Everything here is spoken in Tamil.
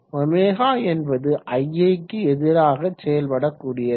ωஎன்பது ia க்கு எதிராக செயல்பட கூடியது